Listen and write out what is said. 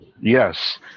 Yes